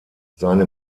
seine